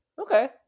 okay